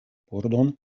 pordon